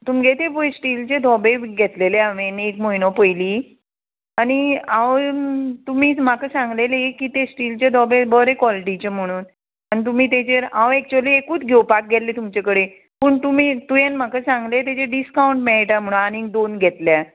तुमगे तें पळय स्टीलचे धोबे घेतलेले हांवें एक म्हयनो पयली आनी हांव तुमी म्हाका सांगलेले की तें स्टीलचे धोबे बरे क्वॉलिटीचे म्हणून आनी तुमी तेजेर हांव एक्चुली एकूत घेवपाक गेल्ले तुमचे कडेन पूण तुमी तुवें म्हाका सांगले तेजेर डिस्कावंट मेळटा म्हणून आनीक दोन घेतल्या